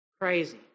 crazy